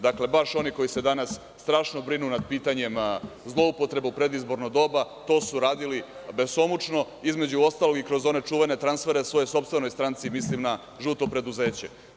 Dakle, baš oni koji se najviše danas brinu strašno nad pitanjem zloupotrebe u predizbornom dobu, to su radili besomučno, između ostalog i kroz one čuvene transfere svojoj sopstvenoj stranci, mislim na „žuto preduzeće“